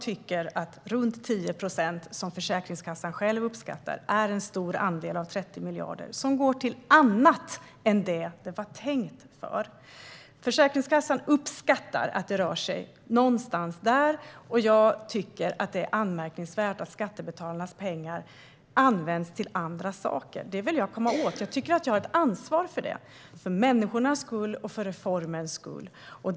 Jag tycker att runt 10 procent - det är vad Försäkringskassan själv uppskattar det till - är en stor andel av 30 miljarder. Försäkringskassan uppskattar att det ligger någonstans där. Jag tycker att det är anmärkningsvärt att skattebetalarnas pengar används till andra saker. Det vill jag komma åt. Jag tycker att jag har ett ansvar för det, för människornas skull och för reformens skull.